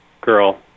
girl